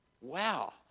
Wow